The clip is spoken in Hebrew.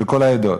של כל העדות.